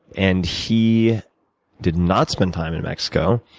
and he did not spend time in mexico.